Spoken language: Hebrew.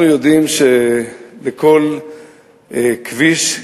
אנחנו יודעים שלכל כביש,